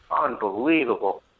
unbelievable